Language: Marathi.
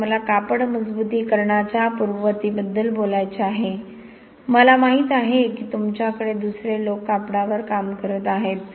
आता मला कापड मजबुतीकरणाच्या पूर्ववर्तीबद्दल बोलायचे आहे मला माहित आहे की तुमच्याकडे दुसरे लोक कापडावर काम करत आहेत